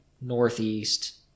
northeast